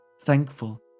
Thankful